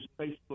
Facebook